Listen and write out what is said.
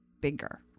bigger